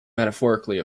metaphorically